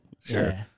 Sure